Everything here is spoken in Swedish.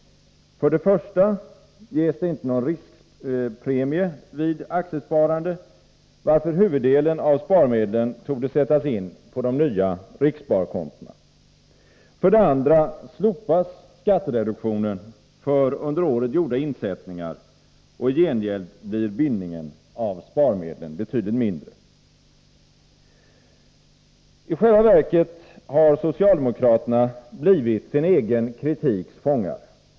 För det första ges det inte någon riskpremie vid aktiesparande, varför huvuddelen av sparmedlen torde sättas in på de nya rikssparkontona. För det andra slopas skattereduktionen för under året gjorda insättningar, och i gengäld blir bindningen av sparmedlen betydligt mindre. I själva verket har socialdemokraterna blivit sin egen kritiks fångar.